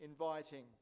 inviting